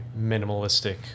minimalistic